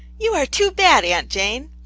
you are too bad. aunt jane.